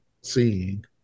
seeing